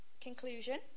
conclusion